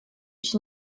ich